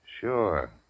Sure